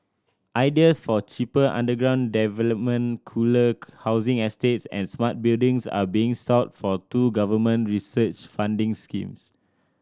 ideas for cheaper underground development cooler housing estates and smart buildings are being sought for two government research funding schemes